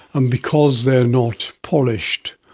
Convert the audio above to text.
and because they are not polished,